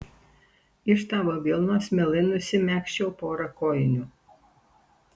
iš tavo vilnos mielai nusimegzčiau porą kojinių